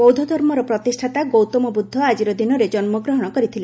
ବୌଦ୍ଧଧର୍ମର ପ୍ରତିଷ୍ଠାତା ଗୌତମ ବୁଦ୍ଧ ଆକିର ଦିନରେ ଜନ୍କଗ୍ରହଣ କରିଥିଲେ